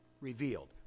revealed